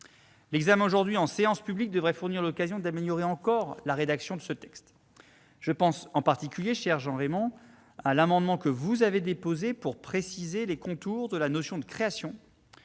texte aujourd'hui en séance publique devrait fournir l'occasion d'en améliorer encore la rédaction. Je pense en particulier, cher Jean-Raymond Hugonet, à l'amendement que vous avez déposé pour préciser les contours de la notion de création,